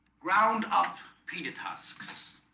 ground-up peanut husks.